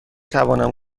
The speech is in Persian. توانم